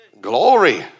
Glory